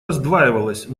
раздваивалась